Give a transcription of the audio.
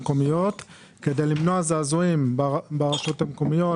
המקומיות כדי למנוע זעזועים ברשויות המקומית